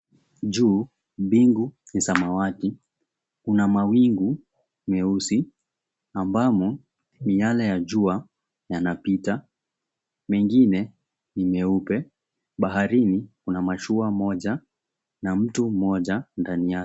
Juu mbingu ni samawati, kuna mawingu meusi ambamo miyale ya jua yanapita mengine ni meupe, baharini kuna mashua moja na mtu mmoja ndani yake.